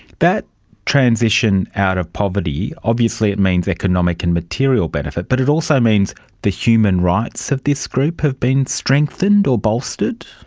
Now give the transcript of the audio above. that transition out of poverty, obviously it means economic and material benefit but it also means the human rights of this group has been strengthened or bolstered?